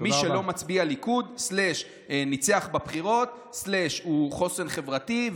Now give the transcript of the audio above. מי שלא מצביע ליכוד / ניצח בבחירות / הוא חוסן חברתי,